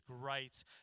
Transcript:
great